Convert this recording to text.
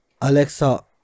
alexa